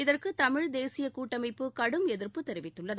இதற்கு தமிழ் தேசிய கூட்டமைப்பு கடும் எதிர்ப்பு தெரிவித்துள்ளது